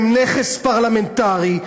הן נכס פרלמנטרי,